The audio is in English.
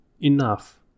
enough